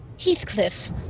Heathcliff